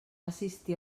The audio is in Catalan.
assistir